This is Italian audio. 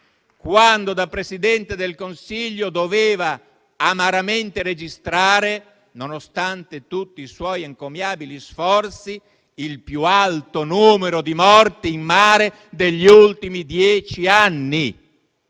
quando, da Presidente del Consiglio, doveva amaramente registrare, nonostante tutti i suoi encomiabili sforzi, il più alto numero di morti in mare degli ultimi dieci anni;